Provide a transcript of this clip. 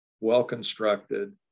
well-constructed